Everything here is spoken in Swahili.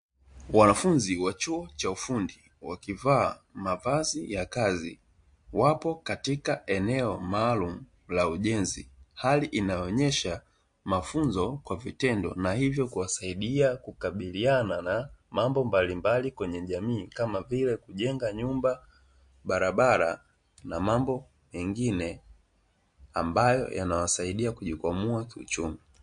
Wanafunzi wa chuo cha ufundi wakivaa mavazi ya kazi wapo katika eneo maalumu la ujenzi, hali inayoonyesha mafunzo kwa vitendo na hivyo kuwasaidia kukabiliana na mambo mbalimbali kwenye jamii kama vile kujenga nyumba, barabara, na mambo ambayo yanawasaidia kujikwamua kiuchumi.